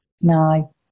No